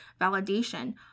validation